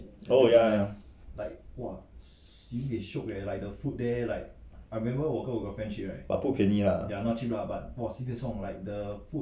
oh ya ya ya but 便宜啊